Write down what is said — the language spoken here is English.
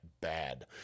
bad